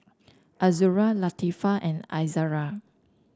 Azura Latifa and Izzara